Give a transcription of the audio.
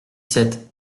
sept